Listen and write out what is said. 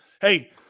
Hey